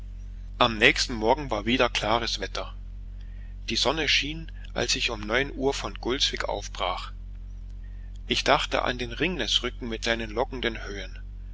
am nächsten morgen war wieder klares wetter die sonne schien als ich um neun uhr von gulsvik aufbrach ich dachte an den ringnesrücken mit seinen lockenden höhen